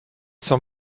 saw